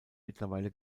mittlerweile